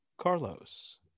carlos